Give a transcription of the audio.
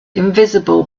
invisible